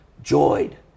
joyed